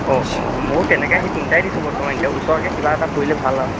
অঁ অঁ মোৰ তেনেকৈ সেই তিনিটাই দিছোঁ বৰ্তমান এতিয়াও ওচৰতে কিবা এটা পৰিলে ভাল আৰু